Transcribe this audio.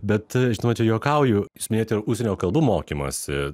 bet žinonoma čia juokauju jūs minėjote ir užsienio kalbų mokymąsi